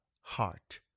heart